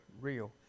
real